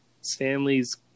Stanley's